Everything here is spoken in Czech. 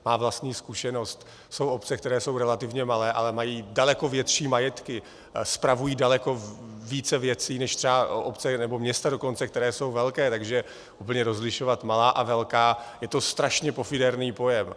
Má vlastní zkušenost: jsou obce, které jsou relativně malé, ale mají daleko větší majetky, spravují daleko více obcí než třeba obce, nebo města dokonce, která jsou velká, takže úplně rozlišovat malá a velká, je to strašně pofidérní pojem.